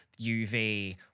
uv